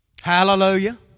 Hallelujah